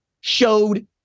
showed